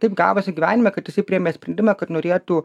taip gavosi gyvenime kad jisai priėmė sprendimą kad norėtų